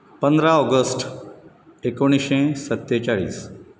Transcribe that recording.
पंदरा ऑगस्ट एकुणीशें सत्तेचाळीस